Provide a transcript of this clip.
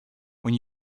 when